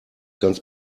ganz